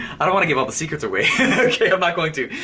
i don't wanna give all the secrets away. okay i'm not going to.